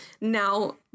now